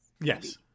Yes